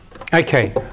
Okay